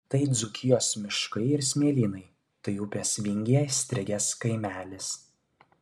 tai dzūkijos miškai ir smėlynai tai upės vingyje įstrigęs kaimelis